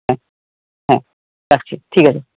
হ্যাঁ হ্যাঁ রাখছি ঠিক আছে